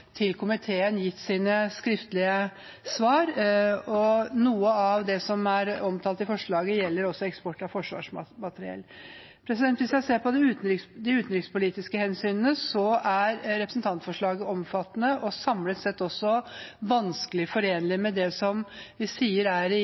til komiteen. Noe av det som er omtalt i forslaget, gjelder også eksport av forsvarsmateriell. Hvis en ser på de utenrikspolitiske hensynene, er representantforslaget omfattende og samlet sett også vanskelig forenlig med det som vi sier er regjeringens prerogativ i